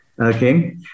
Okay